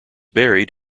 buried